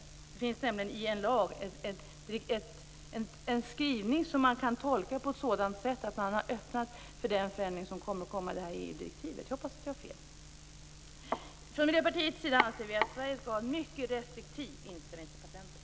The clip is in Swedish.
I en lag finns nämligen en skrivning som man kan tolka på ett sådant sätt att man har öppnat för den förändring som kommer att komma i och med EU-direktivet. Jag hoppas att jag har fel. Från Miljöpartiets sida anser vi att Sverige skall ha en mycket restriktiv inställning till patent.